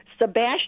Sebastian